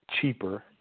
cheaper